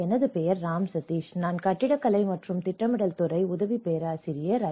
எனது பெயர் ராம் சதீஷ் நான் கட்டிடக்கலை மற்றும் திட்டமிடல் துறை உதவி பேராசிரியர் ஐ